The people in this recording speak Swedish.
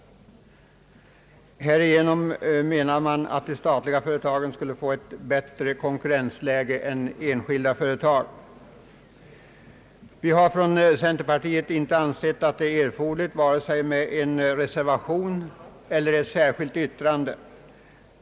Härigenom skulle, menar man, de statliga företagen få ett bättre konkurrensläge än de privata företagen. Vi har från centerpartiet inte ansett det vara erforderligt vare sig med en reservation eller ett särskilt yttrande.